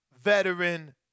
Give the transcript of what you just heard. veteran